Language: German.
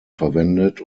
verwendet